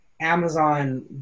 Amazon